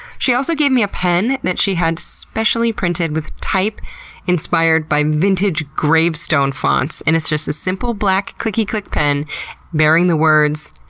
she also gave me a pen that she had specially printed with type inspired by vintage gravestone fonts. and it's just a simple black, clicky-click pen bearing the words,